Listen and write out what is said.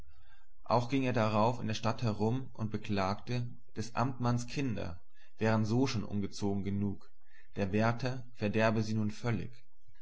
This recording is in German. auch ging er darauf in der stadt herum und beklagte des amtmanns kinder wären so schon ungezogen genug der werther verderbe sie nun völlig